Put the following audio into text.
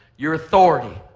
your authority.